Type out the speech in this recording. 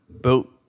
built